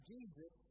Jesus